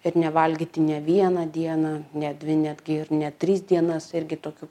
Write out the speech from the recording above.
ir nevalgyti ne vieną dieną ne dvi netgi ir ne tris dienas irgi tokių